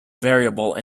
variable